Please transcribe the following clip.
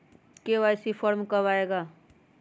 KYC form कब आए गा?